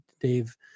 dave